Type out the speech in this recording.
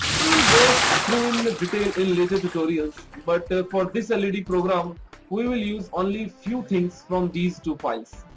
we will go through in detail in later tutorials. but for this led ah program we will use only few things from these two files.